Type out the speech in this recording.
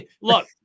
Look